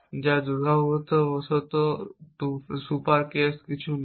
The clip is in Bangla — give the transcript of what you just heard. যা দুর্ভাগ্যবশত সুপার কেস কিছু হয়